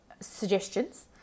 suggestions